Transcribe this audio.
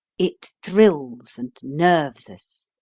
it thrills and nerves us.